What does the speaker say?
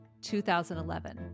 2011